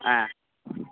ஆ